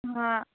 હા